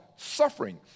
suffering